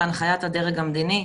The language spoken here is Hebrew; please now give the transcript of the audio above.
בהנחיית הדרג המדיני,